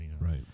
Right